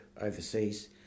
overseas